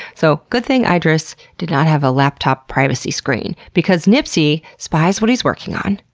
so good thing iddris did not have a laptop privacy screen, because nipsey spies what he's working on,